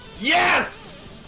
Yes